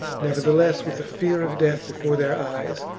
never theless, with the fear of death before their eyes,